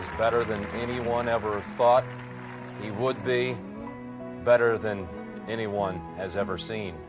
better than anyone ever thought he would be better than anyone has ever seen.